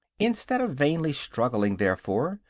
instead of vainly struggling, therefore,